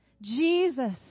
Jesus